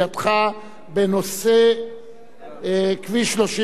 כביש 31 שבין צומת להבים לערד.